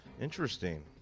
Interesting